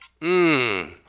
Mmm